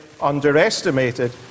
underestimated